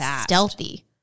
stealthy